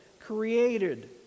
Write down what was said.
created